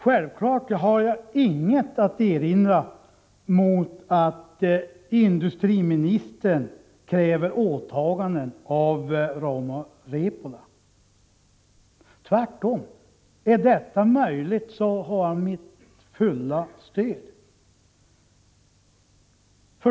Självfallet har jag inget att erinra mot att industriministern kräver åtaganden av Rauma Repola. Tvärtom! Är detta möjligt så har han mitt fulla stöd.